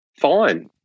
fine